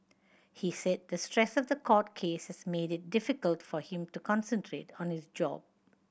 he said the stress of the court case has made it difficult for him to concentrate on his job